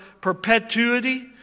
perpetuity